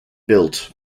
built